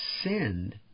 sinned